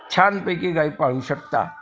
छानपैकी गाई पाळू शकता